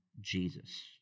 Jesus